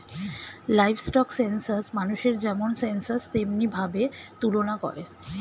livestock census মানুষের যেমন census তেমনি ভাবে তুলনা করে